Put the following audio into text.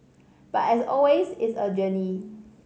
but as always it's a journey